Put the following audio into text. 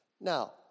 Now